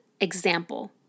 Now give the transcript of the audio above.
example